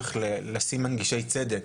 הצורך לשים מנגישי צדק.